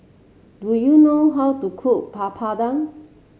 do you know how to cook Papadum